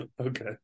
Okay